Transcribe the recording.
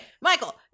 Michael